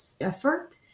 effort